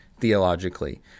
Theologically